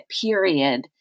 period